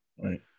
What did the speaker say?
Right